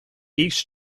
each